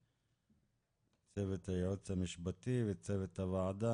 צוות היועץ המשפטי וצוות הוועדה,